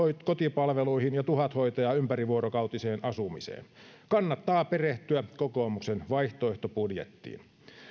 kotipalveluihin ja tuhat hoitajaa ympärivuorokautiseen asumiseen kannattaa perehtyä kokoomuksen vaihtoehtobudjettiin